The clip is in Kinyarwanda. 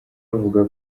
avuga